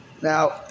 Now